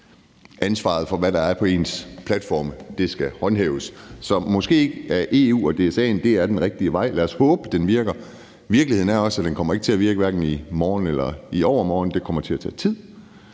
ansvaret for, hvad der er på ens platform, skal håndhæves. Så måske er EU og DSA'en den rigtige vej. Lad os håbe, den virker. Virkeligheden er også, at den hverken kommer til at virke i morgen eller i overmorgen. Det kommer til at tage til,